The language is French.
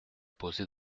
poser